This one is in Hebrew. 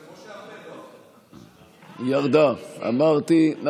זה של משה ארבל, ירדה, אמרתי.